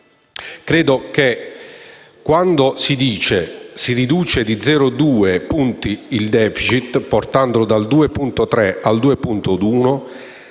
credo che quando si dice che si riduce di 0,2 punti il *deficit*, portandolo dal 2,3 al 2,1,